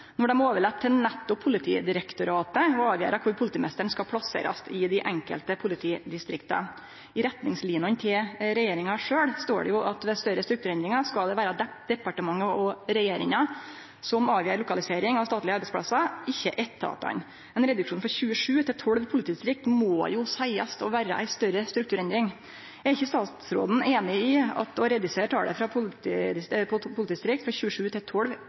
når dei overlèt til nettopp Politidirektoratet å avgjere kvar politimeisteren skal plasserast i dei enkelte politidistrikta. I retningslinjene til regjeringa sjølv står det jo at ved større strukturendringar skal det vere departementet og regjeringa som avgjer lokalisering av statlege arbeidsplassar, ikkje etatane. Ein reduksjon frå 27 til 12 politidistrikt må jo seiast å vere ei større strukturendring. Er ikkje statsråden einig i at å redusere talet på politidistrikt frå 27 til 12 er ei større strukturendring, og kva er grunnen til